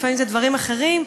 לפעמים זה דברים אחרים,